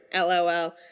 LOL